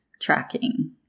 tracking